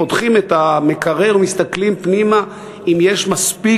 פותחים את המקרר ומסתכלים פנימה אם יש מספיק.